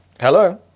Hello